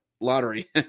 Lottery